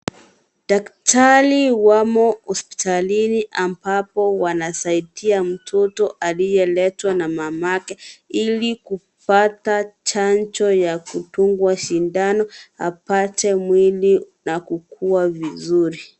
Daktari wamo hospitalini ambapo wanasaidia mtoto aliyeletwa na mamake Ili kupata chanjo ya kudungwa sindano apate mwili na kukua vizuri.